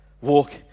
Walk